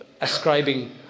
ascribing